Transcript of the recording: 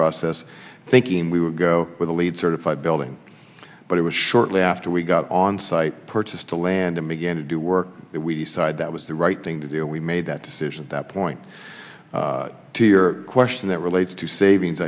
process thinking we would go with a lead certified building but it was shortly after we got on site purchased the land and began to do work that we decide that was the right thing to do and we made that decision at that point to your question that relates to savings